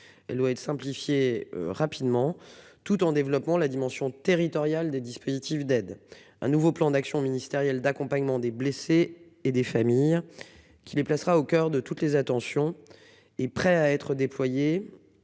Elle doit être simplifié rapidement tout en développement, la dimension territoriale des dispositifs d'aide. Un nouveau plan d'action ministérielle d'accompagnement des blessés et des familles qui les placera au coeur de toutes les attentions et prêts à être déployés